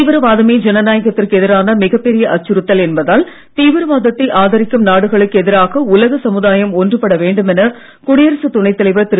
தீவிரவாதமே ஜனநாயகத்திற்கு எதிரான மிகப் பெரிய அச்சுறுத்தல் என்பதால் தீவிரவாதத்தை ஆதரிக்கும் நாடுகளுக்கு எதிராக உலக சமுதாயம் ஒன்றுபட வேண்டும் என குடியரசுத் துணை தலைவர் திரு